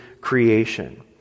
creation